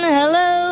Hello